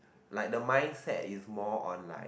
like the mindset is more on like